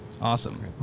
Awesome